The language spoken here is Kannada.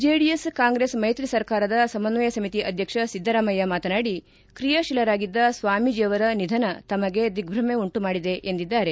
ಜೆಡಿಎಸ್ ಕಾಂಗ್ರೆಸ್ ಮೈತ್ರಿ ಸರ್ಕಾರದ ಸಮನ್ವಯ ಸಮಿತಿ ಅಧ್ವಕ್ಷ ಸಿದ್ದರಾಮಯ್ತ ಮಾತನಾಡಿ ಕ್ರೆಯಾತೀಲರಾಗಿದ್ದ ಸ್ವಾಮೀಜಿ ಅವರ ನಿಧನ ತಮಗೆ ದಿಗ್ವಮೆ ಉಂಟುಮಾಡಿದೆ ಎಂದಿದ್ದಾರೆ